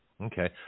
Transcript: Okay